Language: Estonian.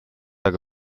aga